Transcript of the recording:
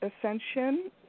Ascension